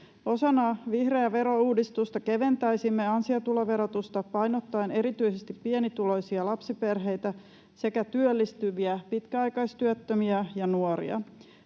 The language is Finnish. Osana vihreää verouudistusta keventäisimme ansiotuloverotusta painottaen erityisesti pienituloisia lapsiperheitä sekä työllistyviä pitkäaikaistyöttömiä ja nuoria.